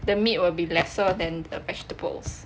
the meat will be lesser than the vegetables